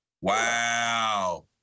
Wow